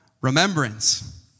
remembrance